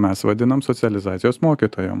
mes vadiname socializacijos mokytojom